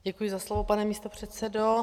Děkuji za slovo, pane místopředsedo.